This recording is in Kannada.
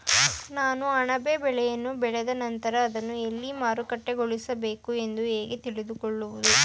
ನಾನು ಅಣಬೆ ಬೆಳೆಯನ್ನು ಬೆಳೆದ ನಂತರ ಅದನ್ನು ಎಲ್ಲಿ ಮಾರುಕಟ್ಟೆಗೊಳಿಸಬೇಕು ಎಂದು ಹೇಗೆ ತಿಳಿದುಕೊಳ್ಳುವುದು?